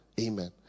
Amen